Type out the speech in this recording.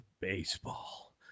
baseball